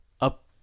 up